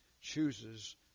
chooses